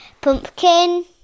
pumpkin